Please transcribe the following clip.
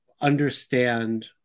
understand